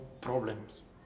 problems